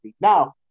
Now